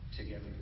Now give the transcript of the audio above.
together